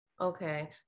Okay